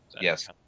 Yes